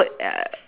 err